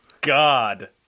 God